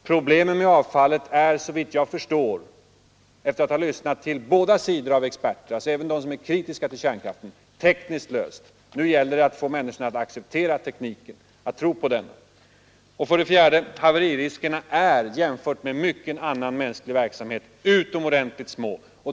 Problemen med avfallet är såvitt jag förstår — efter att ha lyssnat till båda sidor av experter, alltså även de som är kritiska till kärnkraften — tekniskt lösta. Nu gäller det att få människor att acceptera tekniken och att tro på den. Haveririskerna är, jämfört med mycken annan mänsklig verksamhet, utomordentligt små.